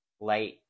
light